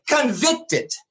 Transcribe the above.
Convicted